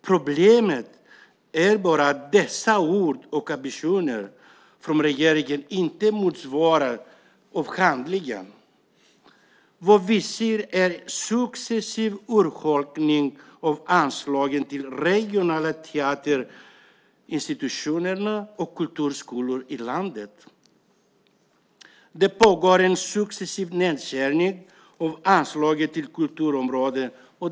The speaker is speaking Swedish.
Problemet är bara att dessa ord och ambitioner från regeringen inte motsvaras av handling. Vad vi ser är en successiv urholkning av anslagen till regionala teaterinstitutioner och kulturskolor i landet. Det pågår en successiv nedskärning av anslaget till kulturområdet.